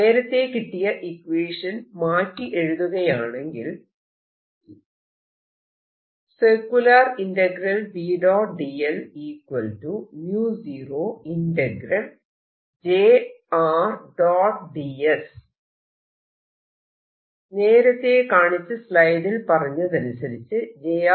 നേരത്തെ കിട്ടിയ ഇക്വേഷൻ മാറ്റി എഴുതുകയാണെങ്കിൽ നേരത്തെ കാണിച്ച സ്ലൈഡിൽ പറഞ്ഞതനുസരിച്ച് j